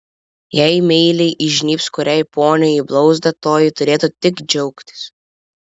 jei meiliai įžnybs kuriai poniai į blauzdą toji turėtų tik džiaugtis